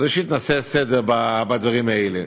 אז ראשית נעשה סדר בדברים האלה.